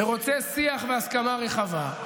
ורוצה שיח בהסכמה רחבה.